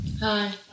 Hi